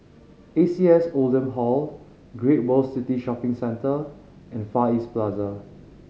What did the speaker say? A C S Oldham Hall Great World City Shopping Centre and Far East Plaza